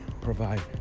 provide